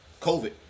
COVID